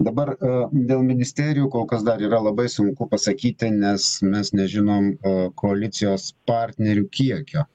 dabar dėl ministerijų kol kas dar yra labai sunku pasakyti nes mes nežinom koalicijos partnerių kiekio